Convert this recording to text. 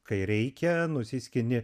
kai reikia nusiskini